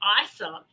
awesome